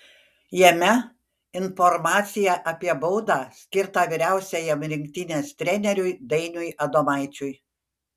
jame informacija apie baudą skirtą vyriausiajam rinktinės treneriui dainiui adomaičiui